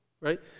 right